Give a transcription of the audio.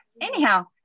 anyhow